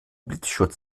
blitzschutz